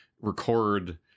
record